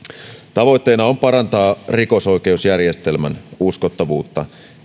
tavoitteena on parantaa rikosoikeusjärjestelmän uskottavuutta